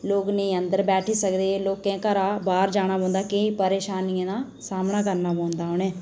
लोक नेईं अंदर बैठी सकदे ते लोकें गी घरा बाहर जाना पौंदा ते केईं परेशानियां दा सामना करना पौंदा उ'नें